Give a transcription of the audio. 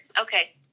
okay